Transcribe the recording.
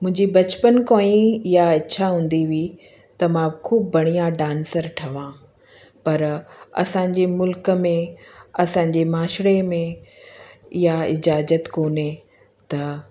मुंहिंजे बचपन खां ई इहा इच्छा हूंदी हुई त मां ख़ूबु बढ़ियां डांसर ठवां पर असांजे मुल्क में असांजे माशरे में इहा इज़ाज़त कोने त